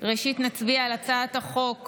ראשית נצביע על הצעת חוק